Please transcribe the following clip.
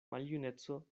maljuneco